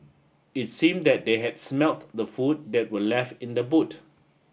it seem that they had smelt the food that were left in the boot